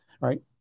right